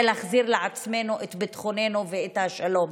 להחזיר לעצמנו את ביטחוננו ואת השלום.